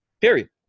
Period